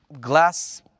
glass